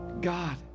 God